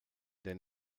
den